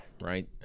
right